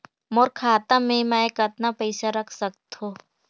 मोर खाता मे मै कतना पइसा रख सख्तो?